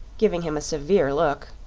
giving him a severe look.